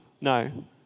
no